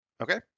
Okay